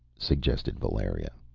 suggested valeria.